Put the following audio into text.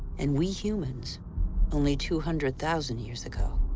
and we humans only two hundred thousand years ago.